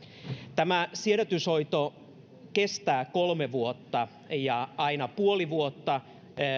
tämä siedätyshoito kestää kolme vuotta puoli vuotta